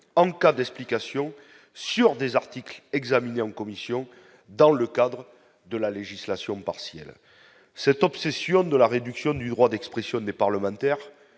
en cas d'explications sur des articles examiné en commission dans le cadre de la législation partielle cette obsession de la réduction du droit d'expression des parlementaires